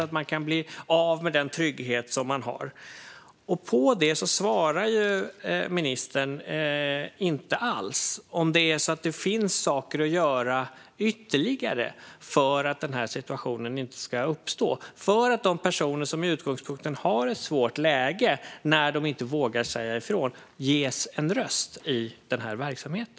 De kan bli av med den trygghet som de har. På det svarar ministern inte alls. Det gäller om det finns ytterligare saker att göra för att den här situationen inte ska uppstå. Det handlar om att de personer som i utgångspunkten har ett svårt läge när de inte vågar säga ifrån ges en röst i verksamheten.